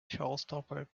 showstopper